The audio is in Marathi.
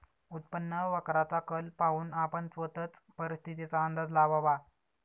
उत्पन्न वक्राचा कल पाहून आपण स्वतःच परिस्थितीचा अंदाज लावावा